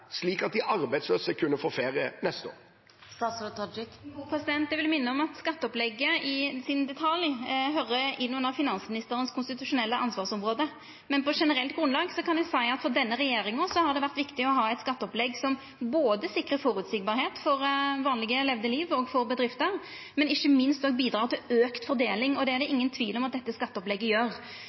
slik at de arbeidsløse kunne få ferie neste år? Eg vil minna om at detaljane i skatteopplegget høyrer inn under finansministeren sitt konstitusjonelle ansvarsområde. Men på generelt grunnlag kan eg seia at for denne regjeringa har det vore viktig å ha eit skatteopplegg som sikrar at det er føreseieleg for vanlege levde liv og for bedrifter, men som òg ikkje minst bidreg til auka fordeling, og det er det ingen tvil om at dette skatteopplegget gjer.